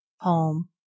home